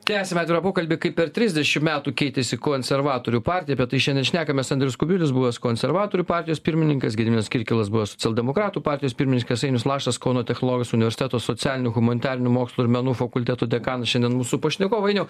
tęsiame atvirą pokalbį kaip per trisdešim metų keitėsi konservatorių partija apie tai šiandien šnekamės andrius kubilius buvęs konservatorių partijos pirmininkas gediminas kirkilas buvęs socialdemokratų partijos pirmininkas ainius lašas kauno technologijos universiteto socialinių humanitarinių mokslų ir menų fakulteto dekanas šiandien mūsų pašnekovai ainiau